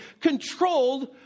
controlled